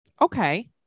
Okay